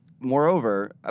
Moreover